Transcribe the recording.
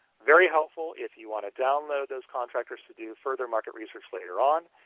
very helpful if you want to download those contractors to do further market research later on.